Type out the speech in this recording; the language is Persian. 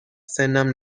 سنم